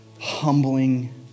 humbling